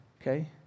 okay